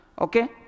Okay